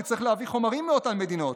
כי צריך להביא חומרים מאותן מדינות,